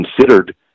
considered